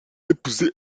épousé